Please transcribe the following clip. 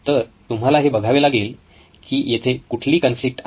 तर तुम्हाला हे बघावे लागेल की येथे कुठली कॉन्फ्लिक्ट आहे